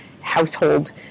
household